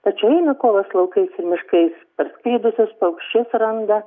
tačiau eina kovas laukais miškais parskridusius paukščius randa